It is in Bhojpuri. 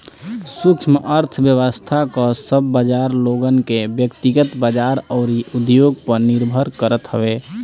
सूक्ष्म अर्थशास्त्र कअ सब बाजार लोगन के व्यकतिगत बाजार अउरी उद्योग पअ निर्भर करत हवे